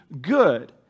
good